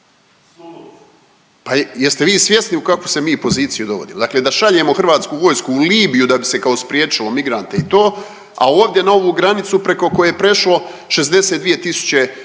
Pa jeste vi svjesni u kakvu se mi poziciju dovodimo. Dakle da šaljemo Hrvatsku vojsku u Libiju da bi se kao spriječilo migrante i to, a ovdje na ovu granicu preko koje je prešlo 62 tisuće